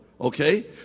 Okay